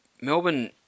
Melbourne